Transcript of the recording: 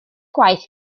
gwaith